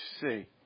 see